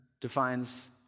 defines